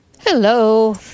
Hello